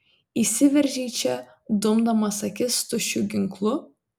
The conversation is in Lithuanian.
įsiveržei čia dumdamas akis tuščiu ginklu